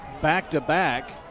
back-to-back